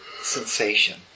sensation